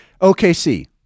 OKC